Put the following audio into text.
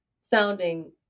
sounding